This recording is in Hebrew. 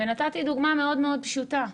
נתתי דוגמה מאוד מאוד פשוטה,